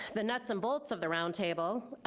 the nuts and bolts of the roundtable.